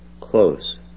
close